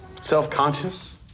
self-conscious